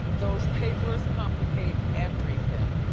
those papers complicate everything.